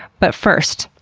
but first,